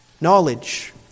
Knowledge